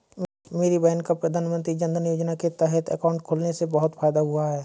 मेरी बहन का प्रधानमंत्री जनधन योजना के तहत अकाउंट खुलने से बहुत फायदा हुआ है